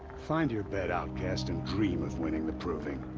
find your bed, outcast, and dream of winning the proving.